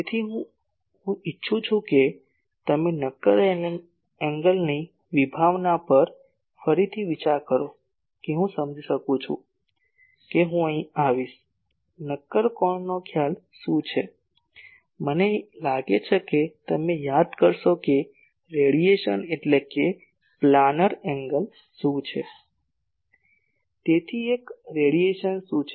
તેથી જ હું ઇચ્છું છું કે તમે નક્કર ખૂણોની વિભાવના પર ફરીથી વિચાર કરો કે હું સમજી શકું છું કે હું અહીં આવીશ નક્કર કોણનો ખ્યાલ શું છે મને લાગે છે કે તમે યાદ કરશો કે રેડીઅન એટલે કે પ્લાનર ખૂણો શું છે તેથી એક રેડિયન શું છે